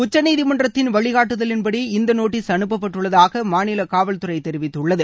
உச்சநீதிமன்றத்தின் வழிகாட்டுதலின்படி இந்த நோட்டீஸ் அனுப்பப்பட்டுள்ளதாக மாநில காவல்துறை தெரிவித்துள்ளது